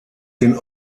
den